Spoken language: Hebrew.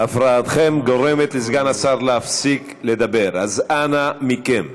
הפרעתכם גורמת לסגן השר להפסיק לדבר, אז אנא מכם,